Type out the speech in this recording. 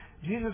Jesus